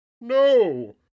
no